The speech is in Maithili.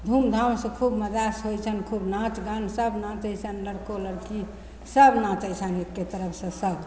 धूमधामसे खूब मजासे होइ छनि खूब नाच गान सभ नाचै छनि लड़को लड़की सभ नाचै छनि एके तरफसे सभ